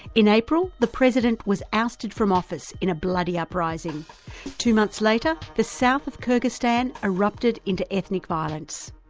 in april, the president was ousted from office in a bloody uprising two months later, the south of kyrgyzstan erupted into ethnic violence.